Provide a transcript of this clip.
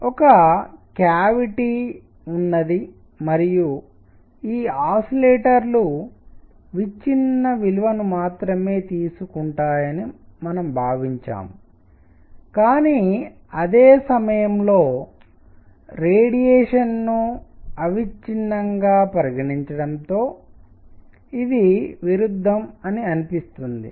కాబట్టి ఒక క్యావిటీ కుహరం ఉంది మరియు ఈ ఆసిలేటలు విచ్ఛిన్న విలువ ను మాత్రమే తీసుకుంటాయని మనము భావించాం కానీ అదే సమయంలో రేడియేషన్ వికిరణంను అవిచ్ఛిన్నంగా పరిగణించడంతో ఇది విరుద్ధము అని అనిపిస్తుంది